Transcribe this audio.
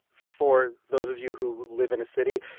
for those of you who live in a city,